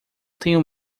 tenho